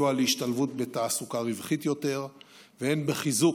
להשתלבות בתעסוקה רווחית יותר והן בחיזוק